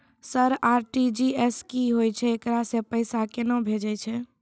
Sir RTGS की होय छै, एकरा से पैसा केना भेजै छै?